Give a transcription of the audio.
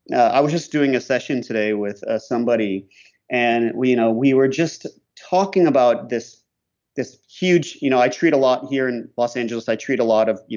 i was just doing a session today with ah somebody and we you know we were just talking about this this huge, you know i treat a lot here in los angeles, i treat a lot of